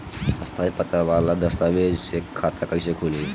स्थायी पता वाला दस्तावेज़ से खाता कैसे खुली?